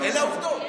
אלה העובדות.